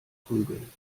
prügeln